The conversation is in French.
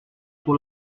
pour